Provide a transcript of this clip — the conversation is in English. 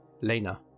Lena